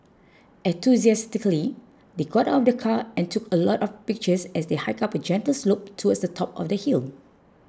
enthusiastically they got out of the car and took a lot of pictures as they hiked up a gentle slope towards the top of the hill